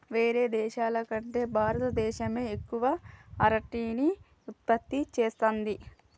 వేరే దేశాల కంటే భారత దేశమే ఎక్కువ అరటిని ఉత్పత్తి చేస్తంది